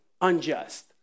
unjust